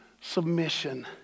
submission